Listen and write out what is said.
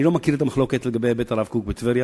אני לא מכיר את המחלוקת לגבי בית הרב קוק בטבריה,